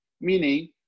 Meaning